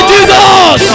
Jesus